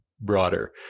Broader